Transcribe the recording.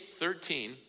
13